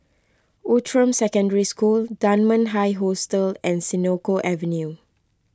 Outram Secondary School Dunman High Hostel and Senoko Avenue